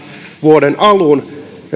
vuoden yhdeksäntoista alun